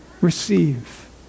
Receive